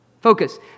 Focus